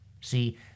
See